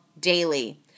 daily